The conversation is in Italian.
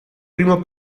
primo